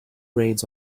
reins